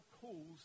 calls